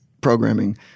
programming